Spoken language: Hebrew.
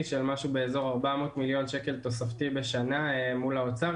של משהו באזור 400 מיליון שקל תוספתי בשנה מול האוצר.